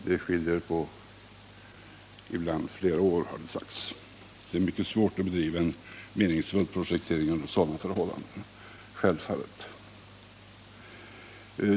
Det skiljer ibland på flera år, har det sagts. Det är självfallet mycket svårt att bedriva en meningsfull projektering under sådana förhållanden.